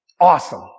awesome